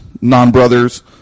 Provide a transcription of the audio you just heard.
non-brothers